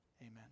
Amen